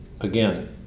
Again